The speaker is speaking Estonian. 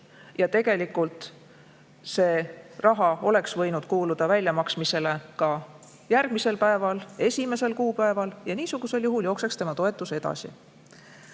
Tegelikult oleks see raha võinud kuuluda väljamaksmisele ka järgmisel päeval, 1. kuupäeval, ja niisugusel juhul jookseks tema toetus edasi.